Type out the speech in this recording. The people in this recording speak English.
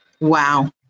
Wow